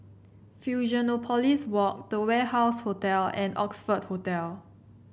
Fusionopolis Walk The Warehouse Hotel and Oxford Hotel